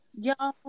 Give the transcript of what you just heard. y'all